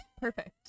Perfect